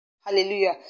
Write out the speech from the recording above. Hallelujah